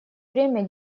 время